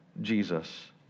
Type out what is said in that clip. Jesus